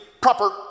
proper